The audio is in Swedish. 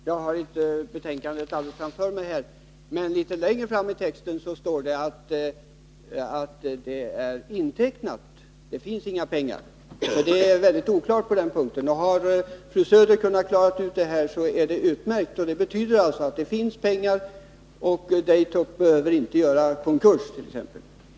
Fru talman! Jag har inte betänkandet framför mig, men litet längre fram i texten står det att anslaget är intecknat. Det finns inga pengar. Det är väldigt oklart på den punkten. Har fru Söder kunnat klara ut detta är det utmärkt. Det betyder att det finns pengar, och Daytop behöver inte göra ”konkurs”.